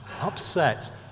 upset